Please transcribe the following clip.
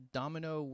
domino